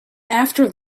after